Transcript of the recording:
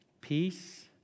peace